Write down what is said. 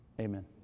Amen